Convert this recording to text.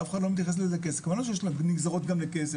אך אחד לא מתייחס לזה כאסכולה שיש לה נגזרות גם לכסף